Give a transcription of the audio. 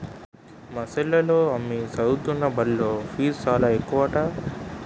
మా చెల్లోల అమ్మి సదువుతున్న బల్లో ఫీజు చాలా ఎక్కువట